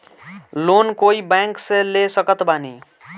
Loan कोई bank से ले सकत बानी?